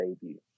debut